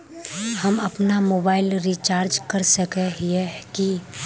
हम अपना mobile recharge कर सकय हिये की?